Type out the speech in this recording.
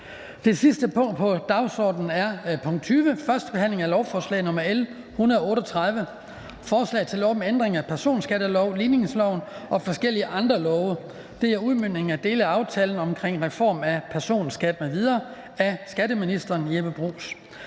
Det sidste punkt på dagsordenen er: 20) 1. behandling af lovforslag nr. L 138: Forslag til lov om ændring af personskatteloven, ligningsloven og forskellige andre love. (Udmøntning af dele af aftale om reform af personskat). Af skatteministeren (Jeppe Bruus).